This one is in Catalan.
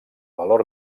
valor